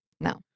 No